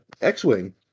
X-Wing